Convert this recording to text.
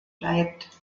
bleibt